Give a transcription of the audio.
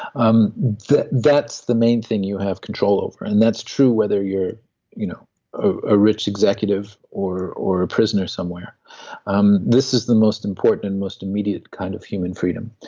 um that's the main thing you have control over, and that's true whether you're you know a rich executive or or a prisoner somewhere um this is the most important, and most immediate kind of human freedom,